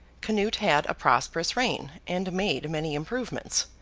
canute had prosperous reign, and made many improvements.